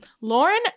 Lauren